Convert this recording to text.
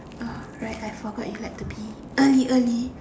alright I forgot you like to be early early